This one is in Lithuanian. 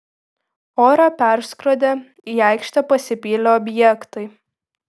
orą perskrodė į aikštę pasipylę objektai